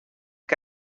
que